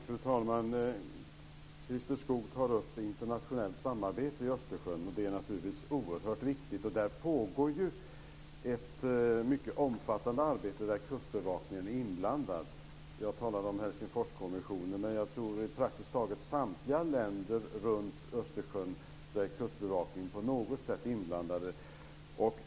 Fru talman! Christer Skoog tar upp internationellt samarbete i Östersjön. Det är naturligtvis oerhört viktigt, och där pågår ju ett mycket omfattande arbete där Kustbevakningen är inblandad. Jag talade om Helsingforskommissionen men jag tror att Kustbevakningen i praktiskt taget samtliga länder runt Östersjön på något sätt är inblandad.